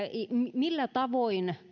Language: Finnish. millä tavoin